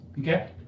Okay